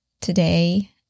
today